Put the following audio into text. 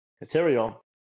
material